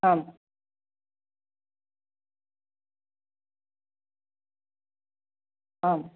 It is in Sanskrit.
आम् आम्